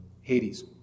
Hades